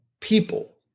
people